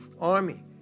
army